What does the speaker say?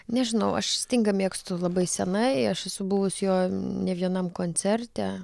nežinau aš stingą mėgstu labai senai aš esu buvus jo ne vienam koncerte